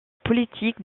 politique